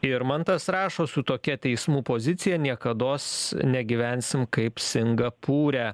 ir mantas rašo su tokia teismų pozicija niekados negyvensim kaip singapūre